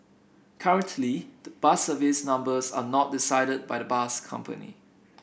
currently the bus service numbers are not decided by the bus company